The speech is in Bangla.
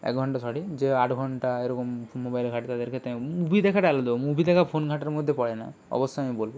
এক ঘণ্টা সরি যে আট ঘণ্টা এরকম মোবাইল ঘাঁটে তাদের ক্ষেত্রে আমি মুভি দেখাটা আলাদা মুভি দেখা ফোন ঘাঁটার মধ্যে পড়ে না অবশ্যই আমি বলব